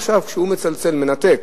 עכשיו כשהוא מצלצל ומנתק